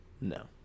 No